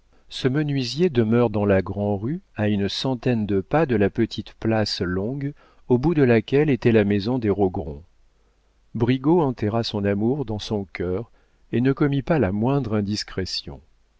ce menuisier demeure dans la grand'rue à une centaine de pas de la petite place longue au bout de laquelle était la maison des rogron brigaut enterra son amour dans son cœur et ne commit pas la moindre indiscrétion